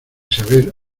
saber